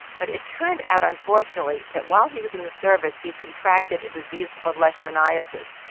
but it turned out, unfortunately, that while he was in the service, he had contracted a disease called leishmaniasis.